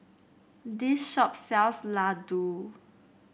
this shop sells Ladoo